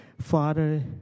Father